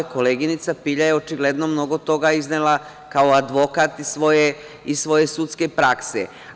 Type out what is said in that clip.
Koleginica Pilja je očigledno mnogo toga iznelo kao advokat iz svoje sudske prakse.